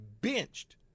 benched